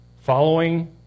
following